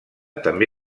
també